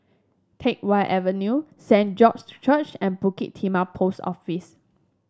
Teck Whye Avenue Saint George's Church and Bukit Timah Post Office